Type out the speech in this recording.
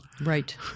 Right